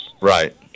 Right